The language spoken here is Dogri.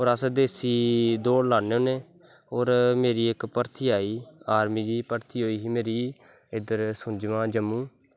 और अस देस्सी दौड़ ला न्ने होने और इकमेरी भर्थी आई आर्मी दा भर्थी होई ही इध्दर सुजमां जम्मू